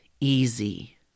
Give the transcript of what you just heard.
easy